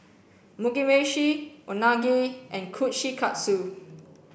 Mugi Meshi Unagi and Kushikatsu